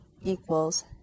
equals